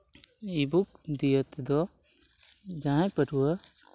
E ᱵᱩᱠ ᱫᱤᱭᱮ ᱛᱮᱫᱚ ᱡᱟᱦᱟᱸᱭ ᱯᱟᱹᱴᱷᱩᱣᱟᱹ